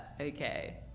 okay